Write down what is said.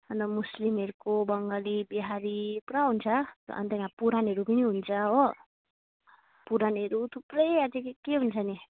अन्त मुस्लिमहरूको बङ्गाली बिहारी पुरा हुन्छ अन्त यहाँ पुराणहरू पनि हुन्छ हो पुराणहरू थुप्रै अझै के के हुन्छ नि